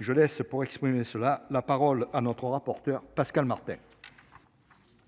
Je laisse pour exprimer cela la parole à notre rapporteur Pascal Martin.